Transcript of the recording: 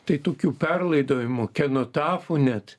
tai tokių perlaidojimo kenotafų net